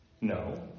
No